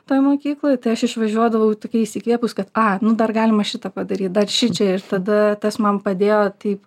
toje mokykloje tai aš išvažiuodavau tokia išsikvėpus kad a nu dar galima šitą padaryt dar šičia ir tada tas man padėjo taip